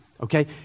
okay